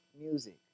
music